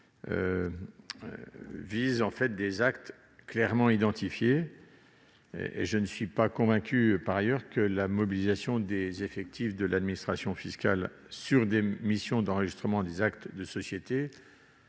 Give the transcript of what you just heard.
vise des actes clairement identifiés. Je ne suis pas sûr que la mobilisation des effectifs de l'administration fiscale sur des missions d'enregistrement des actes de société